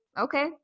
okay